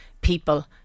people